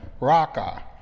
Raka